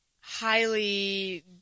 highly